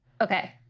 Okay